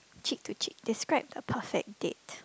cheat to cheat describe a perfect date